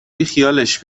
بیخیالش